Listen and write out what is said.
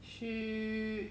需